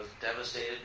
devastated